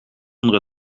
onder